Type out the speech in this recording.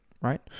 right